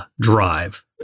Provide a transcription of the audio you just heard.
drive